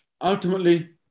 ultimately